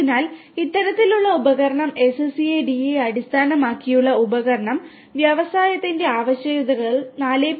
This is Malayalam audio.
അതിനാൽ ഇത്തരത്തിലുള്ള ഉപകരണം SCADA അടിസ്ഥാനമാക്കിയുള്ള ഉപകരണം വ്യവസായത്തിന്റെ ആവശ്യകതകൾ 4